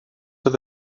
oedd